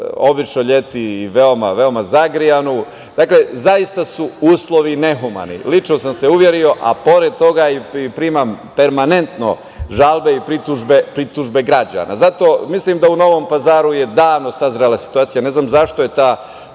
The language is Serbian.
Obično leti i veoma, veoma zagrejanu. Dakle, zaista su uslovi nehumani. Lično sam se uverio, a pored toga primam permanentno žalbe i pritužbe građana. Mislim da je u Novom Pazaru je odavno sazrela situacija. Ne znam zašto je ta